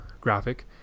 graphic